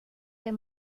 der